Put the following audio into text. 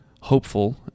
hopeful